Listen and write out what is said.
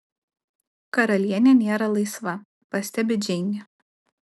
karalienė nėra laisva pastebi džeinė